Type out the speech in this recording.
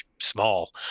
small